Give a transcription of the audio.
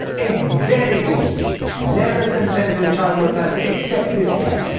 it's very good levels and trends in child mortality except this page.